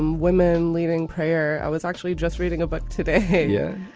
um women leaving prayer i was actually just reading about today. yeah.